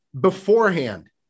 beforehand